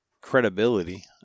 credibility